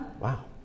wow